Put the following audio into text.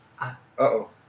Uh-oh